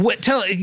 Tell